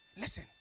listen